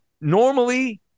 normally